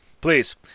Please